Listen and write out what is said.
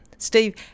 Steve